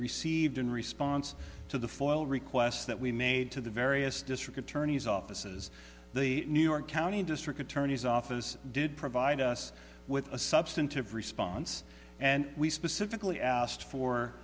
received in response to the foil requests that we made to the various district attorney's offices the new york county district attorney's office did provide us with a substantive response and we specifically asked for